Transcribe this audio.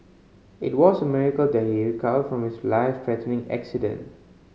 it was a miracle that he recovered from his life threatening accident